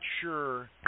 sure